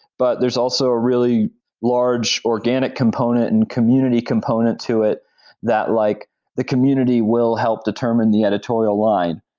but there is also a really large organic component and community component to it that like the community will help determine the editorial line,